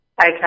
Okay